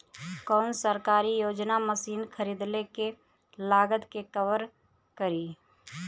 कौन सरकारी योजना मशीन खरीदले के लागत के कवर करीं?